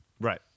Right